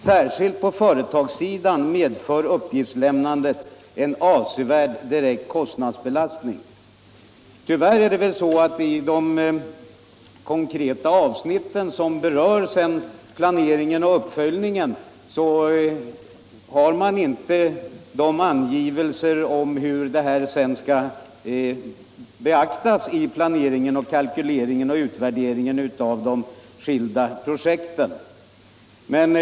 Särskilt på företagssidan medför uppgiftslämnandet en avsevärd direkt kostnadsbelastning.” Tyvärr återfinns i de konkreta avsnitten som berör planering och uppföljning inga angivelser om hur dessa kostnader sedan skall beaktas i planeringen, kalkyleringen och utvärderingen av de skilda projekten.